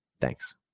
Thanks